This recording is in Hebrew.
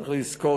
צריך לזכור,